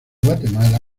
guatemala